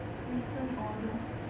recent orders